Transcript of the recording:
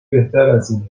بهترازاینه